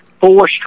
four